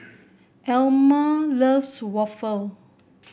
Elma loves Waffle